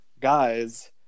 guys